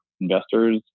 investors